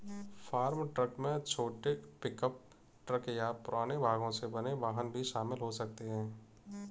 farm truck में छोटे pickup truck या पुराने भागों से बने वाहन भी शामिल हो सकते हैं